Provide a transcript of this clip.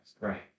right